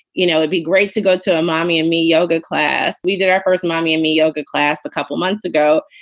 you know, it'd be great to go to a mommy and me yoga class. we did our first mommy and me yoga class a couple of months ago.